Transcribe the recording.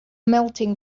melting